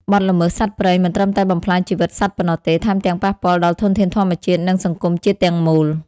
បទល្មើសសត្វព្រៃមិនត្រឹមតែបំផ្លាញជីវិតសត្វប៉ុណ្ណោះទេ ថែមទាំងប៉ះពាល់ដល់ធនធានធម្មជាតិ និងសង្គមជាតិទាំងមូល។